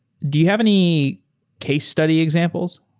do you have any case study examples?